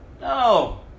No